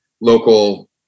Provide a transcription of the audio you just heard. local